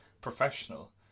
professional